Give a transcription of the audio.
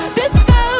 disco